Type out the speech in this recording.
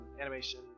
animation